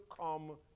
come